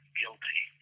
guilty